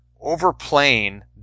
overplaying